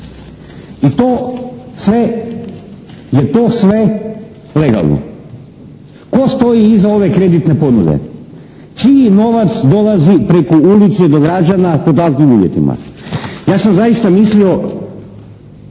I to sve, je to sve legalno. Tko stoji iza ove kreditne ponude? Čiji novac dolazi preko ulice do građana pod takvim uvjetima? Ja sam zaista mislio